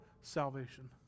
salvation